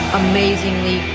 amazingly